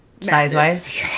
Size-wise